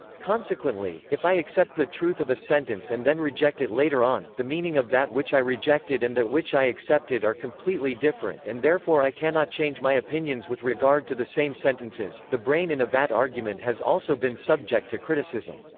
consequently, if i accept the truth of a sentence and then reject it later on, the meaning of that which i rejected and that which i accepted are completely different and therefore i cannot change my opinions with regard to the same sentences the brain in a vat argument has also been subject to criticism.